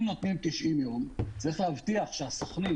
אם נותנים 90 יום, יש להבטיח שהסוכנים